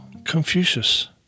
Confucius